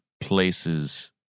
places